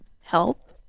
help